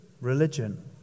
religion